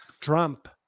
Trump